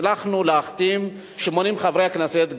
הצלחנו להחתים 80 חברי כנסת,